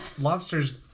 lobsters